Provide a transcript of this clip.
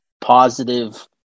positive